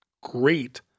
great